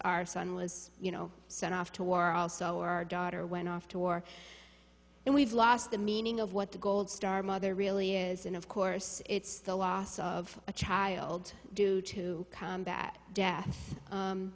our son was you know sent off to war also or our daughter went off to war and we've lost the meaning of what the gold star mother really is and of course it's the loss of a child due to combat death